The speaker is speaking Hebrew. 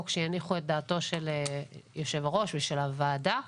שיניחו את דעתו של יושב-הראש ושל הוועדה.